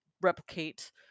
replicate